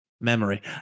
memory